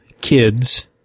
kids